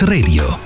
Radio